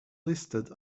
listed